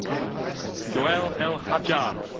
joelle el hajjar.